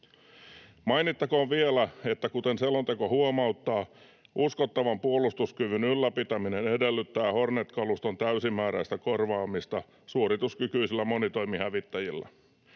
Mainittakoon vielä, että kuten selonteko huomauttaa, uskottavan puolustuskyvyn ylläpitäminen edellyttää Hornet-kaluston täysimääräistä korvaamista suorituskykyisillä monitoimihävittäjillä.